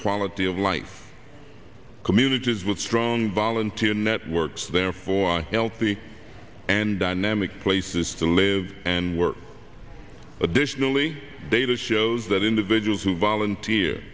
quality of life communities with strong volunteer networks therefore healthy and dynamic places to live and work additionally data shows that individuals who volunteer